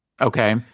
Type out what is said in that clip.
Okay